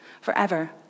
forever